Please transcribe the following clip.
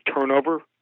turnover